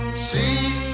See